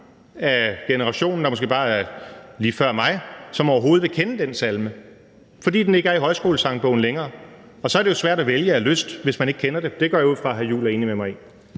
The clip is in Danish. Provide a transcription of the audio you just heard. bare generationen lige efter mig, som overhovedet vil kende den salme, fordi den ikke er i Højskolesangbogen længere. Det er jo svært at vælge af lyst, hvis man ikke kender det. Det går jeg ud fra hr. Christian Juhl er enig med mig i.